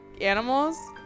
animals